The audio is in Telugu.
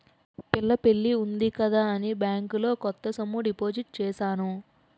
పిల్ల పెళ్లి ఉంది కదా అని బ్యాంకులో కొంత సొమ్ము డిపాజిట్ చేశాను